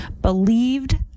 believed